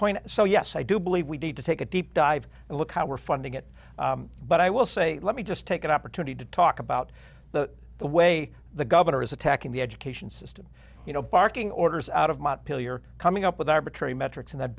point so yes i do believe we need to take a deep dive and look how we're funding it but i will say let me just take an opportunity to talk about the the way the governor is attacking the education system you know barking orders out of montpelier coming up with arbitrary metrics and that